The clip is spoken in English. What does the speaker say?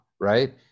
right